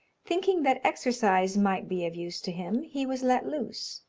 thinking that exercise might be of use to him, he was let loose.